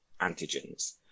antigens